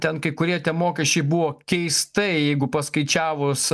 ten kai kurie tie mokesčiai buvo keistai jeigu paskaičiavus